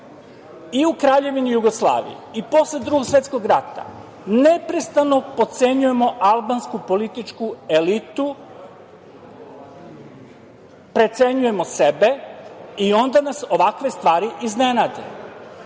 i u Kraljevini Jugoslaviji i posle Drugog svetskog rata neprestano potcenjujemo albansku političku elitu, precenjujemo sebe i onda nas ovakve stvari iznenade.